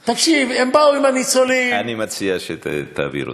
תקשיב, הם באו עם הניצולים, אני מציע שתעביר אותם.